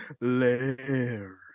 lair